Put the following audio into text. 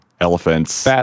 Elephants